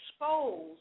expose